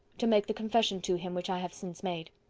to make the confession to him which i have since made.